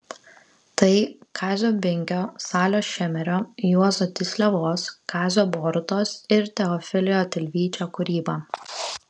tai kazio binkio salio šemerio juozo tysliavos kazio borutos ir teofilio tilvyčio kūryba